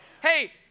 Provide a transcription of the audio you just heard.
Hey